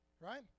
right